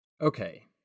Okay